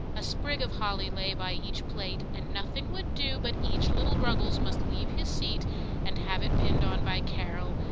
a sprig of holly lay by each plate, and nothing would do but each little ruggles must leave his seat and have it pinned on by carol,